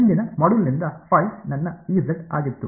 ಹಿಂದಿನ ಮಾಡ್ಯೂಲ್ನಿಂದ ನನ್ನ ಆಗಿತ್ತು